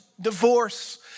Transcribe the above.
divorce